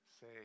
say